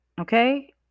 okay